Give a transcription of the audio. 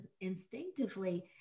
instinctively